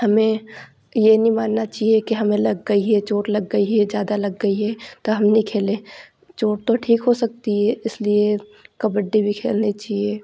हमें यह नहीं मानना चाहिए कि हमें लग गई है या चोट लग गई है या ज़्यादा लग गई है तो हम नहीं खेलें चोट तो ठीक हो सकती है इसलिए कबड्डी भी खेलनी चाहिये